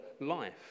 life